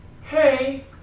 hey